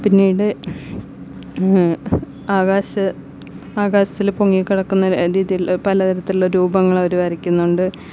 പിന്നീട് ആകാശ ആകാശത്തിൽ പൊങ്ങി കിടക്കുന്ന രീതിയിൽ പല തരത്തിലുള്ള രൂപങ്ങൾ അവർ വരക്കുന്നുണ്ട്